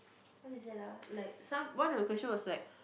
what is it ah like some one of the question was like